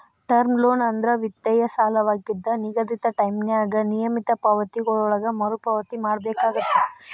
term loan ಅಂದ್ರ ವಿತ್ತೇಯ ಸಾಲವಾಗಿದ್ದ ನಿಗದಿತ ಟೈಂನ್ಯಾಗ ನಿಯಮಿತ ಪಾವತಿಗಳೊಳಗ ಮರುಪಾವತಿ ಮಾಡಬೇಕಾಗತ್ತ